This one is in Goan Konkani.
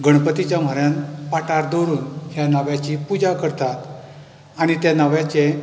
गणपतीच्या म्हऱ्यांत पाटार दवरून ह्या नव्याची पुजा करतात आनी त्या नव्याचें